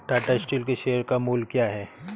Tata Steel के share का मूल्य क्या है?